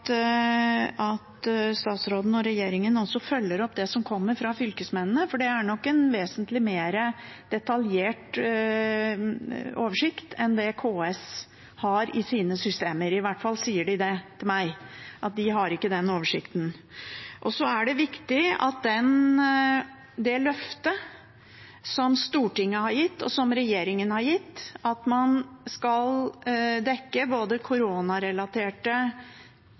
kommer fra fylkesmennene, for det er nok en vesentlig mer detaljert oversikt enn det KS har i sine systemer. I hvert fall sier de til meg at de ikke har den oversikten. Så er det viktig at det løftet – den garantien – som Stortinget har gitt, og som regjeringen har gitt, at man skal dekke både koronarelaterte